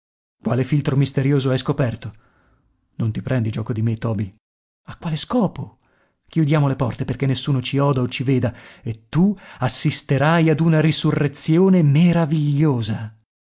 quale filtro misterioso hai scoperto non ti prendi gioco di me toby a quale scopo chiudiamo le porte perché nessuno ci oda o ci veda e tu assisterai ad una risurrezione meravigliosa